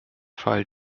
fall